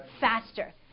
faster